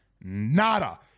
nada